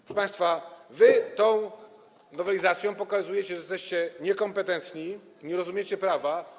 Proszę państwa, tą nowelizacją pokazujecie, że jesteście niekompetentni, nie rozumiecie prawa.